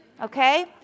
Okay